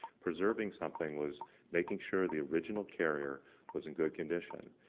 preserving something was making sure the original carrier was in good condition.